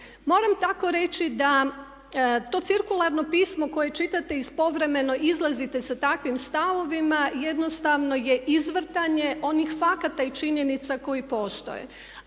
Moram tako reći da to cirkularno pismo koje čitate i povremeno izlazite sa takvim stavovima jednostavno je izvrtanje onih fakata i činjenica koji postoje,